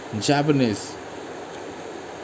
Japanese